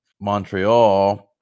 Montreal